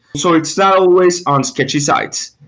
so it's not always on sketch sites.